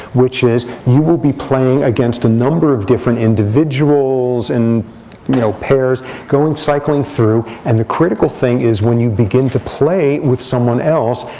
which is you will be playing against a number of different individuals, and you know pairs, cycling through. and the critical thing is when you begin to play with someone else,